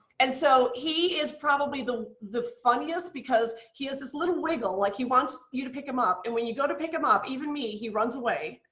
and so he is probably the the funniest because he has this little wiggle like he wants you to pick him up, and when you go to pick him up, even me, he runs away.